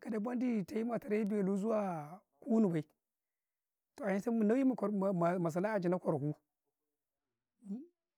ka da bendii tema tare beluu, zuwa kunuu bay, toh Na'yuu mana sana'ah kwaraku